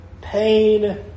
pain